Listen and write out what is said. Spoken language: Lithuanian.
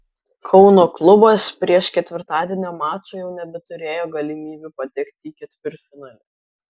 kauno klubas prieš ketvirtadienio mačą jau nebeturėjo galimybių patekti į ketvirtfinalį